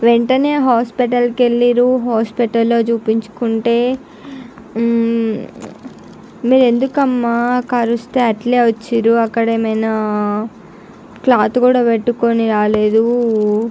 వెంటనే హాస్పిటల్కు వెళ్ళినారు హాస్పిటల్లో చూపించుకుంటే మీరు ఎందుకమ్మా కరుస్తే అట్లే వచ్చారు అక్కడ ఏమైనా క్లాత్ కూడా పెట్టుకొని రాలేదు